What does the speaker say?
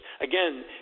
again